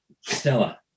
Stella